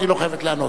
היא לא חייבת לענות.